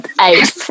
eight